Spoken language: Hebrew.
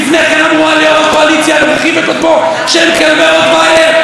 לפני כן אמרו על יו"ר הקואליציה הנוכחי וקודמו שהם כלבי רוטוויילר.